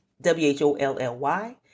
W-H-O-L-L-Y